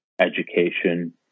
education